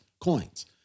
coins